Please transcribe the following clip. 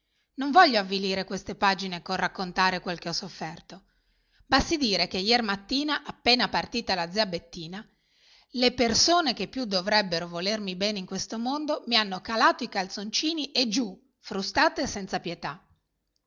non voglio avvilire queste pagine col raccontare quel che ho sofferto basti dire che iermattina appena partita la zia bettina le persone che più dovrebbero volermi bene in questo mondo mi hanno calato i calzoncini e giù frustate senza pietà